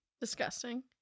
Disgusting